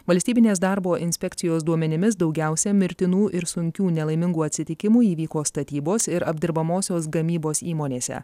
valstybinės darbo inspekcijos duomenimis daugiausia mirtinų ir sunkių nelaimingų atsitikimų įvyko statybos ir apdirbamosios gamybos įmonėse